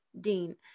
Dean